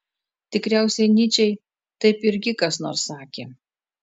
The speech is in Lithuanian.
tikriausiai nyčei taip irgi kas nors sakė